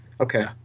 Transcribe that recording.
Okay